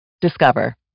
Discover